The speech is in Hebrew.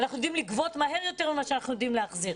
אנחנו יודעים לגבות מהר יותר ממה שאנחנו יודעים להחזיר.